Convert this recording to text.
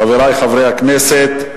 חברי חברי הכנסת,